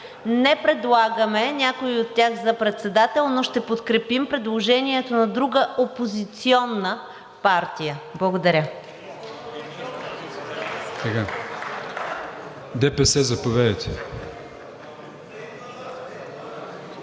Не предлагаме някого от тях за председател, но ще подкрепим предложението на друга опозиционна партия. Благодаря. ПРЕДСЕДАТЕЛ